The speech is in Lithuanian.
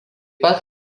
pat